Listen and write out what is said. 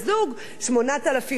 8,000 האשה.